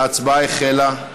ההצבעה החלה.